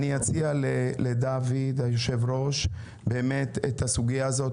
אני אציע לדוד היושב-ראש את הסוגיה הזו.